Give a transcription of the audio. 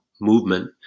movement